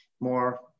More